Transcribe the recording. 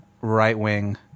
right-wing